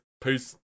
Peace